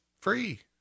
free